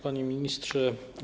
Panie Ministrze!